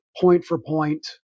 point-for-point